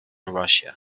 russia